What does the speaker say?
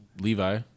Levi